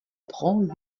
prend